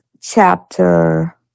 chapter